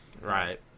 right